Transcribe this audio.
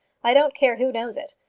i don't care who knows it.